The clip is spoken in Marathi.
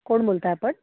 कोण बोलत आहे आपण